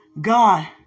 God